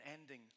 ending